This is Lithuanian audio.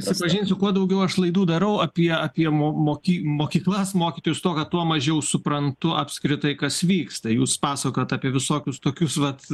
prisipažinsiu kuo daugiau aš laidų darau apie apie mūsų moki mokyklas mokytojų stoką tuo mažiau suprantu apskritai kas vyksta jūs pasakojot apie visokius tokius vat